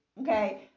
okay